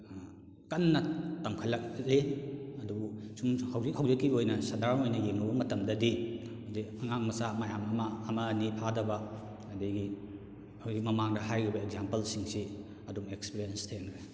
ꯀꯟꯅ ꯇꯝꯈꯠꯂꯛꯂꯤ ꯑꯗꯨꯕꯨ ꯁꯨꯝ ꯍꯧꯖꯤꯛ ꯍꯧꯖꯤꯛꯀꯤ ꯑꯣꯏꯅ ꯁꯗꯥꯔꯣꯟ ꯑꯣꯏꯅ ꯌꯦꯡꯂꯨꯕ ꯃꯇꯝꯗꯗꯤ ꯍꯥꯏꯗꯤ ꯑꯉꯥꯡ ꯃꯆꯥ ꯃꯌꯥꯝ ꯑꯃ ꯑꯃ ꯑꯅꯤ ꯐꯥꯗꯕ ꯑꯗꯒꯤ ꯑꯩꯈꯣꯏꯒꯤ ꯃꯃꯥꯡꯗ ꯍꯥꯏꯈꯤꯕ ꯑꯦꯛꯖꯥꯝꯄꯜꯁꯤꯡꯁꯤ ꯑꯗꯨꯝ ꯑꯦꯛꯁꯄꯔꯦꯟꯁ ꯊꯦꯡꯅꯔꯦ